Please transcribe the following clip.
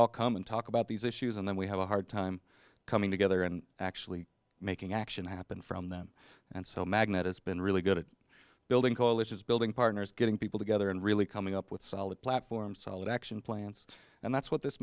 all come and talk about these issues and then we have a hard time coming together and actually making action happen from them and so magnetics been really good at building coalitions building partners getting people together and really coming up with solid platform solid action plans and that's what this